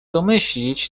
domyślić